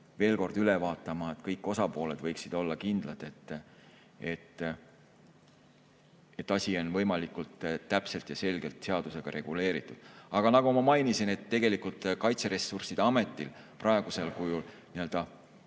veel kord üle vaatama, et kõik osapooled võiksid olla kindlad, et asi on võimalikult täpselt ja selgelt seadusega reguleeritud. Aga nagu ma mainisin, siis Kaitseressursside Ametil praegusel kujul oma